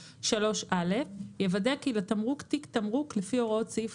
ורשאי שר הבריאות לקבוע הוראות לעניין